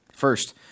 First